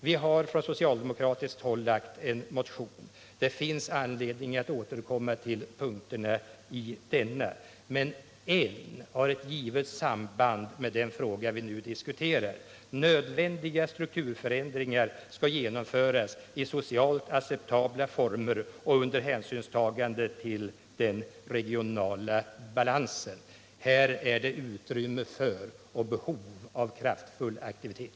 Vi har från socialdemokratiskt håll lagt en motion, och det finns anledning att återkomma till punkterna i den. En av dem har ett givet samband med den fråga vi nu diskuterar: Nödvändiga strukturförändringar skall genomföras i socialt acceptabla former och under hänsynstagande till den regionala balansen. Här är det utrymme för och behov av kraftfull aktivitet.